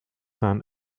hand